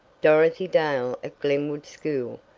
dorothy dale at glenwood school,